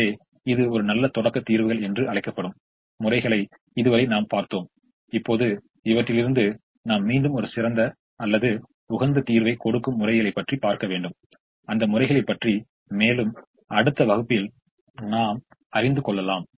எனவே இது ஒரு நல்ல தொடக்க தீர்வுகள் என்று அழைக்கப்படும் முறைகளை இதுவரை நாம் பார்த்தோம் இப்போது இவற்றிலிருந்து நாம் மீண்டும் ஒரு சிறந்த அல்லது உகந்த தீர்வைக் கொடுக்கும் முறைகளைப் பார்க்க வேண்டும் அந்த முறைகளை பற்றி மேலும் அடுத்த வகுப்பில் நாம் அறிந்து கொள்ளலாம்